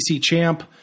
champ